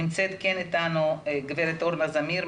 נמצאת איתנו בזום גב' ארנה זמיר,